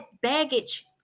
baggage